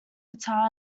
guitar